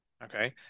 Okay